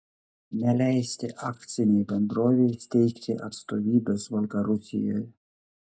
neleisti akcinei bendrovei steigti atstovybės baltarusijoje